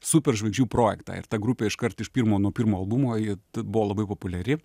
superžvaigždžių projektą ir ta grupė iškart iš pirmo nuo pirmo albumo ji buvo labai populiari